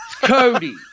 Cody